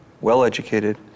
well-educated